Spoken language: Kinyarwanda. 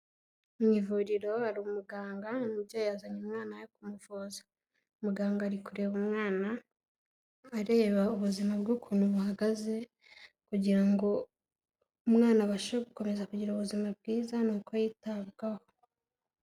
Mu ivuriro hari umuganga, umubyeyi yazanye umwana we kumuvuza, muganga ari kureba umwana, areba ubuzima bwe ukuntu buhagaze kugira ngo umwana abashe gukomeza kugira ubuzima bwiza n'uko yitabwaho.